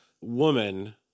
woman